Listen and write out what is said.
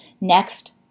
Next